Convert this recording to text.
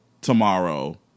tomorrow